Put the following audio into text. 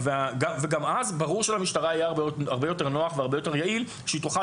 גם אז ברור שלמשטרה יהיה הרבה יותר נוח והרבה יותר יעיל שהיא תוכל